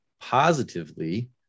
positively